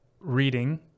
reading